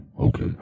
okay